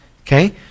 Okay